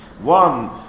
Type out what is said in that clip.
One